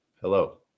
Hello